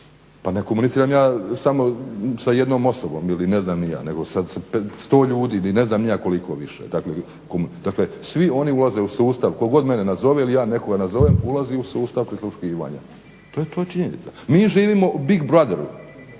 pa ne komuniciram ja samo sa jednom osobom ili ne znam ni ja nego sa 100 ljudi, ili ne znam ni ja koliko više. Dakle svi oni ulaze u sustav tko god mene nazove ili ja nekoga nazovem ulazi u sustav prisluškivanja. To je činjenica. Mi živimo u Big brotheru.